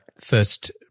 first